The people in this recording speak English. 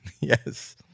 yes